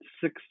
six